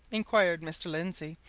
inquired mr. lindsey,